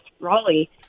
Raleigh